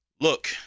Look